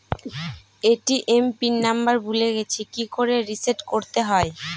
ATM pin number ভুলে গেছি কি করে রিসেট করতে হয়?